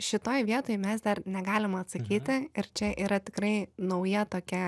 šitoj vietoj mes dar negalim atsakyti ir čia yra tikrai nauja tokia